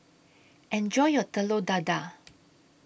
Enjoy your Telur Dadah